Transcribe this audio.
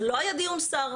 לא היה דיון שר,